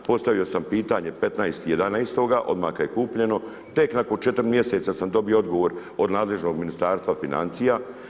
Postavio sam pitanje 15.11. odmah kad je kupljeno tek nakon 4 mjeseca sam dobio odgovor od nadležnog Ministarstva financija.